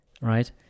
right